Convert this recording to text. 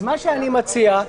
אני מציע,